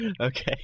Okay